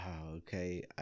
Okay